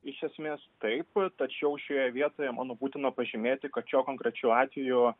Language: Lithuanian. iš esmės taip tačiau šioje vietoje manau būtina pažymėti kad šiuo konkrečiu atveju jo